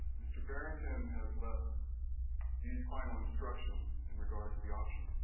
mr. barrington has left these final instructions in regard to the auction.